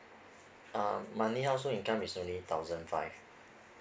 uh monthly household income is only thousand five